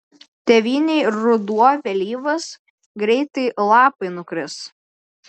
tėvynėj ruduo vėlyvas greitai lapai nukris